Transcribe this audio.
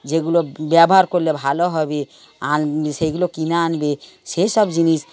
যেগুলো ব্যবহার করলে ভালো হবে আন সেইগুলো কিনে আনবে সেইসব জিনিস